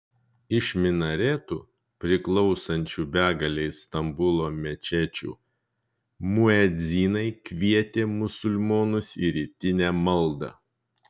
iš minaretų priklausančių begalei stambulo mečečių muedzinai kvietė musulmonus į rytinę maldą